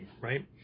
right